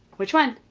which one?